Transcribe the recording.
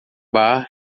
bar